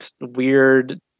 weird